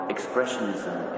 Expressionism